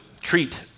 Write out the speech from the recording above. treat